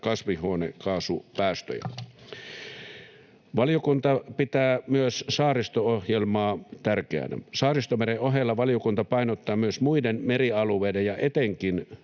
kasvihuonekaasupäästöjä. Valiokunta pitää myös Saaristomeri-ohjelmaa tärkeänä. Saaristomeren ohella valiokunta painottaa myös muiden merialueiden ja etenkin